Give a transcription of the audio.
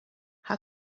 how